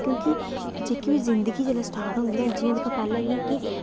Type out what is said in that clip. क्योंकि जेह्की बी जिंदगी जेल्लै स्टार्ट होंदे न जि'यां दिक्ख पैह्लें ही कि